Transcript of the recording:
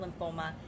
lymphoma